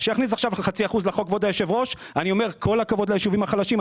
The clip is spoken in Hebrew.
שיכניס עכשיו חצי אחוז לחוק ואני אומר כל הכבוד ליישובים החלשים,